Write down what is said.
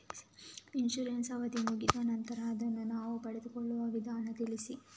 Insurance ನ ಅವಧಿ ಮುಗಿದ ನಂತರ ಅದನ್ನು ನಾವು ಪಡೆದುಕೊಳ್ಳುವ ವಿಧಾನ ತಿಳಿಸಿ?